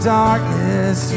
darkness